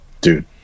dude